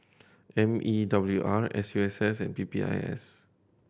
M E W R S U S S and P P I S